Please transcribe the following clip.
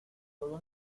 todo